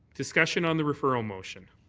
discussion on the referral motion.